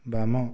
ବାମ